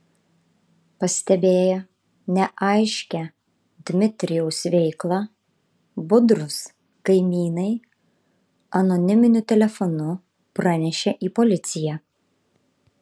pastebėję neaiškią dmitrijaus veiklą budrūs kaimynai anoniminiu telefonu pranešė į policiją